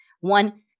one